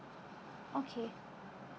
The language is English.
okay